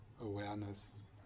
awareness